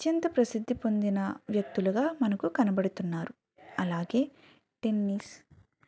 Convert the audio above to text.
అత్యంత ప్రసిద్ధి పొందిన వ్యక్తులుగా మనకు కనబడుతున్నారు అలాగే టెన్నిస్